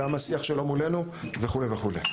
גם השיח שלנו מולנו וכולי וכולי.